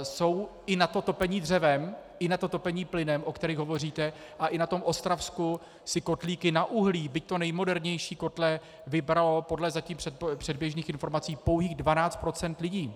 Jsou i na to topení dřevem i na to topení plynem, o kterých hovoříte, a i na tom Ostravsku si kotlíky na uhlí, byť to nejmodernější kotle, vybralo podle zatím předběžných informací pouhých 12 % lidí.